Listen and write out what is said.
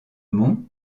mont